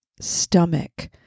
stomach